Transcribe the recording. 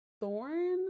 thorn